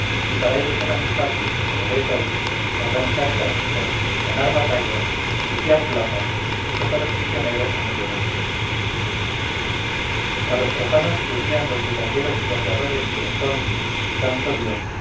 y para ellos era muy fácil como lo es hoy organizar ejércitos ganar batallas sitiar plazas y coger prisionero a medio mundo a los profanos se unían los bullangueros y voceadores que entonces santo dios